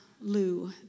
Lou